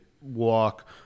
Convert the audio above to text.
walk